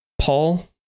Paul